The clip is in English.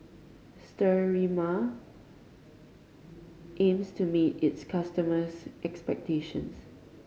Sterimar aims to meet its customers' expectations